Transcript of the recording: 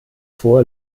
vor